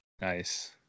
Nice